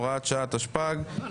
(הוראת שעה) התשפ"ג.